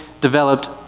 developed